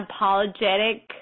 unapologetic